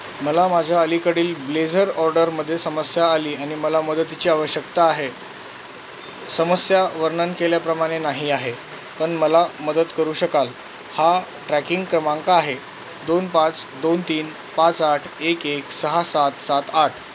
मला माझ्या अलीकडील ब्लेझर ऑर्डरमध्ये समस्या आली आणि मला मदतीची आवश्यकता आहे समस्या वर्णन केल्याप्रमाणे नाही आहे पण मला मदत करू शकाल हा ट्रॅकिंग क्रमांक आहे दोन पाच दोन तीन पाच आठ एक एक सहा सात सात आठ